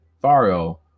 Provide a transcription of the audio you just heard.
Faro